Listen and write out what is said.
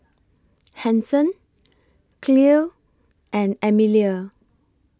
Hanson Clell and Emilia